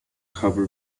cover